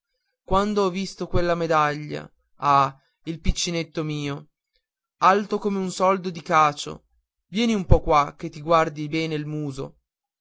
quando ho visto quella medaglia ah il piccinetto mio alto come un soldo di cacio vieni un po qua che ti guardi bene nel muso